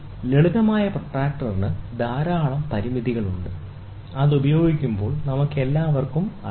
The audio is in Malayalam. ലളിതമായ പ്രൊട്ടക്റ്ററിന് ധാരാളം പരിമിതികളുണ്ട് അത് ഉപയോഗിക്കുമ്പോൾ നമുക്കെല്ലാവർക്കും അറിയാം